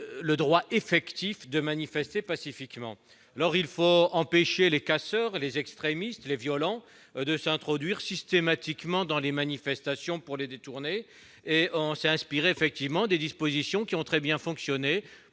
le droit effectif de manifester pacifiquement. Il faut empêcher les casseurs, les extrémistes, les violents de s'introduire systématiquement dans les manifestations pour les détourner. Nous nous sommes inspirés des dispositions qui avaient été